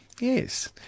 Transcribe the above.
yes